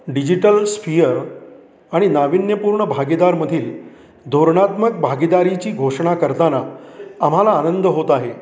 digital sphere आणि नाविन्यपूर्ण भागीदारमधील धोरणात्मक भागीदारीची घोषणा करताना आम्हाला आनंद होत आहे